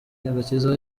agakiza